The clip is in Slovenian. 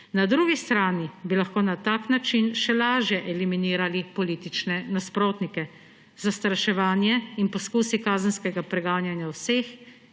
Na drugi strani bi lahko na tak način še lažje eliminirali politične nasprotnike. Zastraševanje in poskusi kazenskega preganjanja vseh,